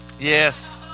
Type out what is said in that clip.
Yes